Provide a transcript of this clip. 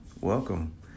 Welcome